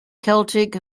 celtic